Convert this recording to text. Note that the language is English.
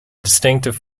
distinctive